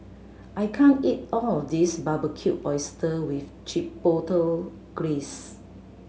I can't eat all of this Barbecued Oyster with Chipotle Glaze